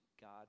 God